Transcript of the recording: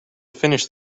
finish